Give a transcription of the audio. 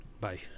Bye